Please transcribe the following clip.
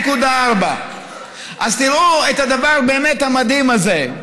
2.4. אז תראו את הדבר הבאמת-מדהים הזה,